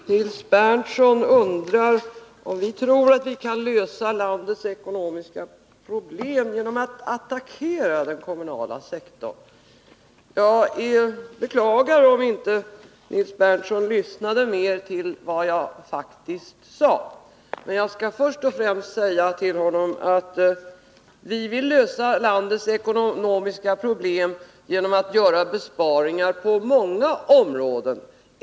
Fru talman! Nils Berndtson undrar om vi tror att vi kan lösa landets ekonomiska problem genom att attackera den kommunala sektorn. Jag beklagar att Nils Berndtson inte lyssnade mer på vad jag faktiskt sade, men innan jag går in på det vill jag säga till honom att vi vill lösa landets ekonomiska problem genom att göra besparingar på många områden.